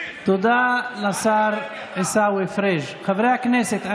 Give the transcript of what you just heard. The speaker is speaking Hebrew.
אדוני השר, הלכתם לבג"ץ.